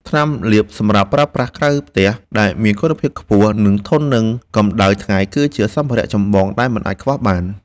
ថ្នាំលាបសម្រាប់ប្រើប្រាស់ក្រៅផ្ទះ ដែលមានគុណភាពខ្ពស់ និងធន់នឹងកម្ដៅថ្ងៃ គឺជាសម្ភារៈចម្បងដែលមិនអាចខ្វះបាន។